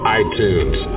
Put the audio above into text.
iTunes